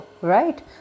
right